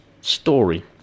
story